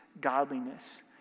godliness